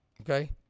Okay